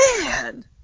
Man